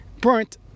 burnt